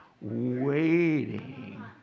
Waiting